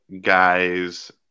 guys